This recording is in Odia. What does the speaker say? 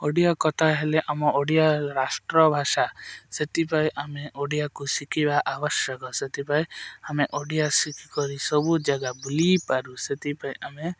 ଓଡ଼ିଆ କଥା ହେଲେ ଆମ ଓଡ଼ିଆ ରାଷ୍ଟ୍ରଭାଷା ସେଥିପାଇଁ ଆମେ ଓଡ଼ିଆକୁ ଶିଖିବା ଆବଶ୍ୟକ ସେଥିପାଇଁ ଆମେ ଓଡ଼ିଆ ଶିଖିକରି ସବୁ ଜାଗା ବୁଲିପାରୁ ସେଥିପାଇଁ ଆମେ